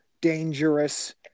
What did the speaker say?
dangerous